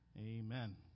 Amen